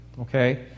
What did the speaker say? okay